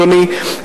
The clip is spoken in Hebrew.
אדוני,